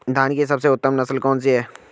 धान की सबसे उत्तम नस्ल कौन सी है?